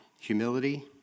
Humility